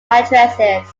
addresses